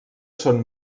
són